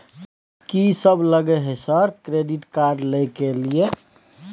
कि सब लगय हय सर क्रेडिट कार्ड लय के लिए?